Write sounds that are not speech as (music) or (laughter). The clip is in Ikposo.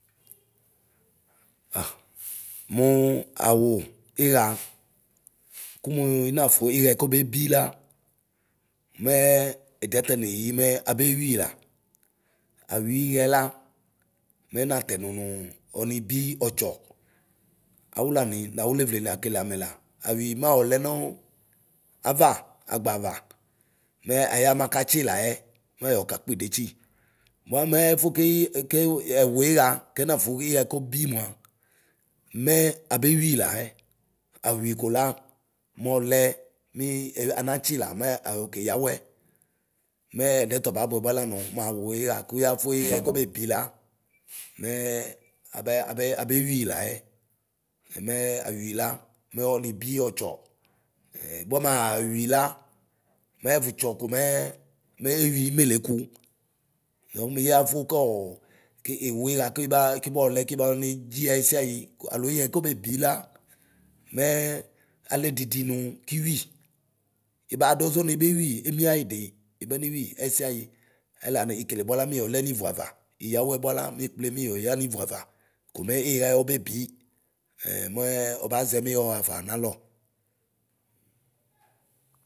(hesitation) muu aωu ɩɣa kobebi la mɛɛ ɛdiɛ ta neyi mɛ abeyui la. Ayuiɣɛ la mɛ natɛnu mu ɔnibi ɔtsɔ. Aωulani naωulevle ni akele amɛla. Ayui maɔlɔ nuu ava agbava mɛɛ aya makatsi layɛ, moyɔka kpidetsi. Mua mɛɛ ɛfu keyi ke ɛωuiɣa kɛnafu ɩɣe kobi mua abeyui laɛ. Aωui kola mɔlɛ ni anatsila mɛ ayokeyɔωɛ. Mɛɛ ɛdiɛ tɔ ba buɛ baɛ la nu muaωuiɣa kuyafuɣɛ ko be bi la mɛɛ abɛabɛ abeyui laɛ; mɛɛ ayui la mɛ ɔnibi ɔtsɔ; bamuaa yui la mɛvutsɔ komɛ meyui imeleku. Yɔmiyafu kɔɔ ki iωuiɣa kibaa kibɔɔlɛ kibaonedzi ɛyisiayi ke aloiɣɛ kobeebila mɛɛ alɛ didi nuu kiωui, ibaduɔʒɔ nébeyui emie ayidi ɛ baneyui ɛyisiayi; ayila ni yikele bua la miyɔlɛ nivuava. Ɩyɔωɛ buala miikple miyoyɔ nivuava. Komɛ ɩɣɛ o be bi. (hesitation) mɛɛ ɔbaʒmi ɔɣafa nalɔ.